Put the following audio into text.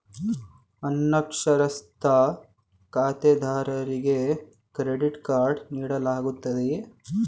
ಅನಕ್ಷರಸ್ಥ ಖಾತೆದಾರರಿಗೆ credit card ನೀಡಲಾಗುತ್ತದೆಯೇ?